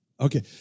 Okay